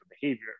behavior